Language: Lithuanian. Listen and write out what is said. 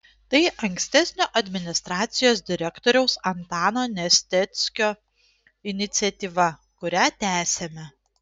tai ankstesnio administracijos direktoriaus antano nesteckio iniciatyva kurią tęsiame